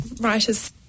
writers